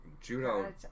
judo